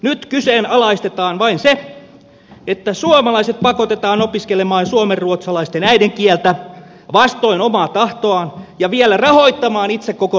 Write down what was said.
nyt kyseenalaistetaan vain se että suomalaiset pakotetaan opiskelemaan suomenruotsalaisten äidinkieltä vastoin omaa tahtoaan ja vielä rahoittamaan itse koko lystin